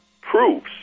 proves